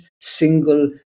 single